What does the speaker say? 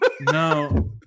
No